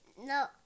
no